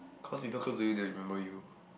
cause people close to you they'll remember you